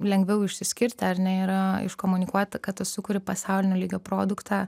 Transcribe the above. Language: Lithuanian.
lengviau išsiskirti ar ne yra iškomunikuot kad tu sukuri pasaulinio lygio produktą